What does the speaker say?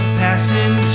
passing